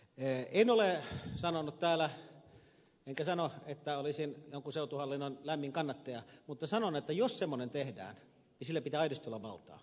en ole sanonut täällä enkä sano että olisin jonkun seutuhallinnon lämmin kannattaja mutta sanon että jos semmoinen tehdään sillä pitää aidosti olla valtaa